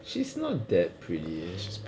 she's not that pretty